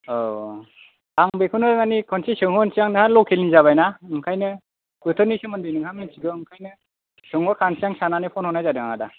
औ आं बेखौनो मानि खेनसे सोंहरसां नोंहा लखेलनि जाबाय ना ओंखायनो बोथोरनि सोमोन्दै नोंहा मिथिगौ ओंखायनो सोंहरखानोसै होन्नानै सोंहरनाय जादों आदा